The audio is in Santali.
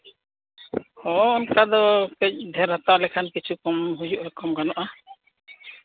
ᱦᱚᱸ ᱚᱱᱠᱟ ᱫᱚ ᱠᱟᱹᱡ ᱰᱷᱮᱹᱨ ᱦᱟᱛᱟᱣ ᱞᱮᱠᱷᱟᱱ ᱠᱤᱪᱷᱩ ᱠᱚᱢ ᱦᱩᱭᱩᱜᱼᱟ ᱠᱚᱢ ᱜᱟᱱᱚᱜᱼᱟ